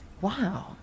Wow